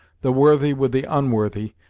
the worthy with the unworthy,